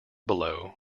below